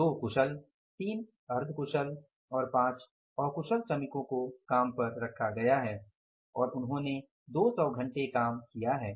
2 कुशल 3 अर्ध कुशल और 5 अकुशल श्रमिकों को काम पर रखा गया है और उन्होंने 200 घंटे काम किया है